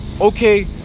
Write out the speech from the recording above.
okay